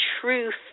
truth